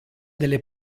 delle